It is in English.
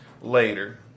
later